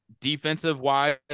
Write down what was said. defensive-wise